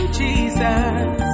jesus